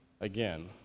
again